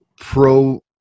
pro